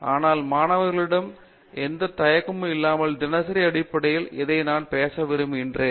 ஆனால் மாணவர்களிடமிருந்து எந்தத் தயக்கமும் இல்லாமல் தினசரி அடிப்படையில் இதை நான் பேச விரும்புகிறேன்